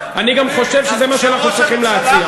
אני גם חושב שזה מה שאנחנו צריכים להציע.